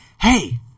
hey